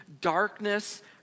darkness